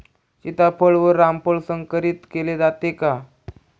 सीताफळ व रामफळ संकरित केले जाते का?